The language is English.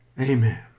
Amen